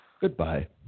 goodbye